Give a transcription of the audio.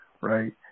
right